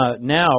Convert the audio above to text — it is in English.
now